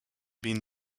been